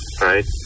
right